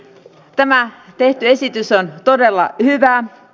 tämä tehty esitys on todella hyvä